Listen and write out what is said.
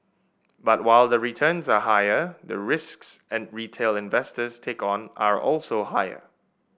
but while the returns are higher the risks retail investors take on are also higher